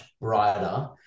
brighter